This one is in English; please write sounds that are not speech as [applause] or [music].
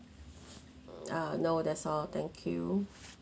[noise] ah no that's all thank you